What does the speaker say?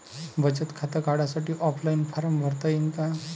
बचत खातं काढासाठी ऑफलाईन फारम भरता येईन का?